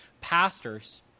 pastors